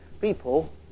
people